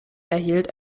erhielt